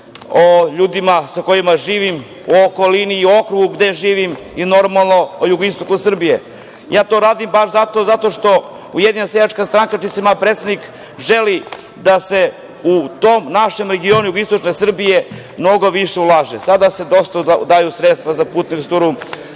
o ljudima sa kojima živim, o okolini i o okrugu gde živim i, normalno, o jugoistoku Srbije. To ja radim baš zato što Ujedinjena seljačka stranka, čiji sam ja predsednik, želi da se u tom našem regionu jugoistočne Srbije mnogo više ulaže. Sada se dosta daju sredstva za putnu